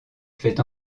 fait